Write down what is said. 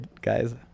guys